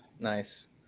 nice